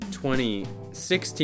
2016